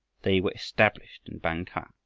they were established in bang-kah!